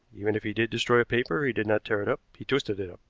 even if he did destroy a paper he did not tear it up, he twisted it up.